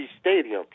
Stadium